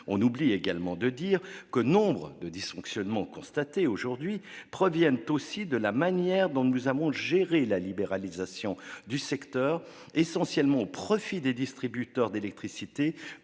On oublie également que nombre des dysfonctionnements constatés aujourd'hui proviennent de la manière dont nous avons géré la libéralisation du secteur, essentiellement au profit des distributeurs d'électricité